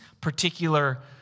particular